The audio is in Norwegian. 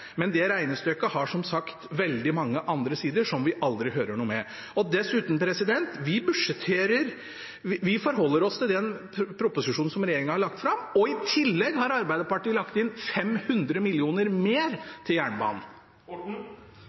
Men det regnestykket har som sagt veldig mange andre sider som vi aldri hører noe om. Dessuten: Vi forholder oss til den proposisjonen som regjeringen har lagt fram, og i tillegg har Arbeiderpartiet lagt inn 500 mill. kr mer til jernbanen.